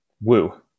Woo